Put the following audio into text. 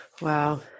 Wow